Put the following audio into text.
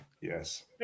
Yes